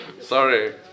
sorry